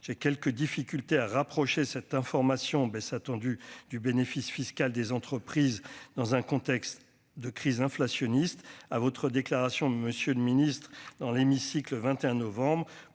j'ai quelques difficultés à rapprocher cette information baisse attendue du bénéfice fiscal des entreprises dans un contexte de crise inflationniste à votre déclaration de Monsieur le Ministre, dans l'hémicycle 21 novembre